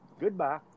Goodbye